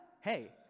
hey